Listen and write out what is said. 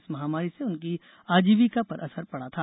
इस महामारी से उनकी आजीविका पर असर पड़ा था